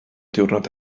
diwrnod